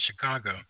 Chicago